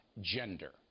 gender